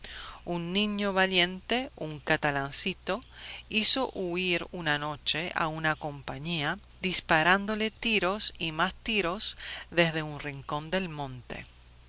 un niño valiente un catalancito hizo huir una noche a una compañía disparándole tiros y más tiros desde un rincón del monte